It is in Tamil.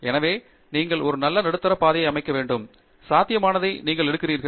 எனவே நீங்கள் ஒரு நல்ல நடுத்தர பாதையை அடிக்க வேண்டும் சாத்தியமானதை நீங்கள் எடுக்கிறீர்கள்